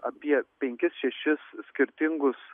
apie penkis šešis skirtingus